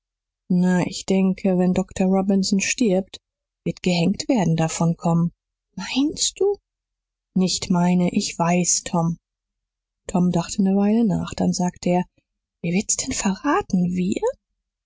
na ich denke wenn dr robinson stirbt wird gehenktwerden davon kommen meinst du nicht meine ich weiß tom tom dachte ne weile nach dann sagte er wer wird's denn verraten wir